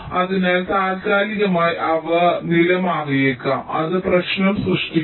അതിനാൽ താൽക്കാലികമായി അവർ നില മാറിയേക്കാം അത് പ്രശ്നം സൃഷ്ടിക്കുന്നു